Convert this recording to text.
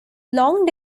long